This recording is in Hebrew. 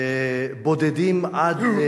בודדים, עד,